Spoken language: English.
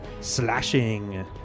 Slashing